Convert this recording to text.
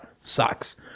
sucks